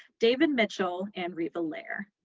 david mitchell and riva lehrer.